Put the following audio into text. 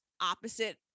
opposite